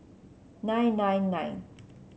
nine nine nine